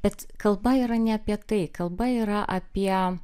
bet kalba yra ne apie tai kalba yra apie